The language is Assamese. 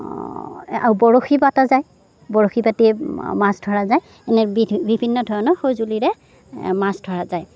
বৰশী পাতা যায় বৰশী পাতি মাছ ধৰা যায় এনে বিভিন্ন ধৰণৰ সঁজুলিৰে মাছ ধৰা যায়